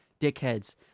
dickheads